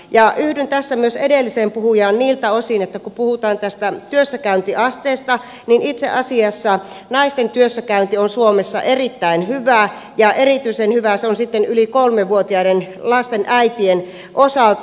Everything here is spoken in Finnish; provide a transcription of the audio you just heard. ja yhdyn tässä myös edelliseen puhujaan niiltä osin että kun puhutaan tästä työssäkäyntiasteesta niin itse asiassa naisten työssäkäynti on suomessa erittäin hyvää ja erityisen hyvää se on sitten yli kolmevuotiaiden lasten äitien osalta